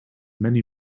many